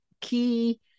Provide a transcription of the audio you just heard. key